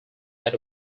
that